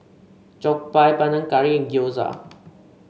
Jokbal Panang Curry and Gyoza